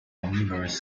omnivorous